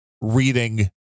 reading